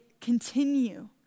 continue